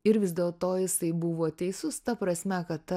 ir vis dėlto jisai buvo teisus ta prasme kad